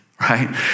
right